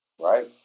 Right